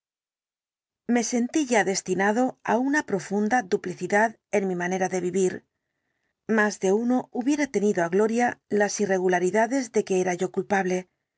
me sentí ya destinado á una profunda duplicidad en mi manera de vivir más de uno hubiera tenido á gloria las irregularidades de que era yo culpable